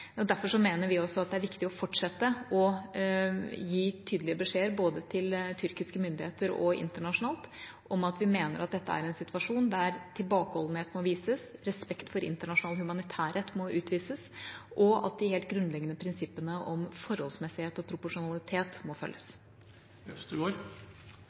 Derfor mener vi det er viktig å fortsette å gi tydelige beskjeder både til tyrkiske myndigheter og internasjonalt om at vi mener at dette er en situasjon der tilbakeholdenhet må vises, respekt for internasjonal humanitærrett må utvises, og at de helt grunnleggende prinsippene om forholdsmessighet og proporsjonalitet må